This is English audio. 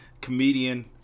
comedian